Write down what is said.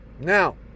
Now